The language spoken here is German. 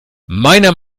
meiner